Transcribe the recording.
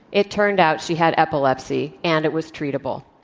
it turned out she had epilepsy and it was treatable.